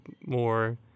more